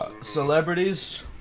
celebrities